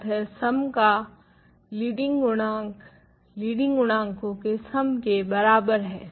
अतः सम का लीडिंग गुणांक लीडिंग गुणांकों के सम के बराबर है